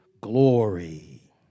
glory